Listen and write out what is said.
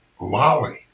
Lolly